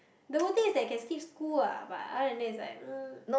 the good thing is that you can skip school ah but other than that it's like mm